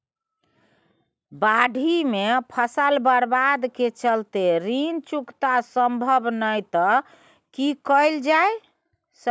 बाढि में फसल बर्बाद के चलते ऋण चुकता सम्भव नय त की कैल जा?